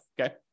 okay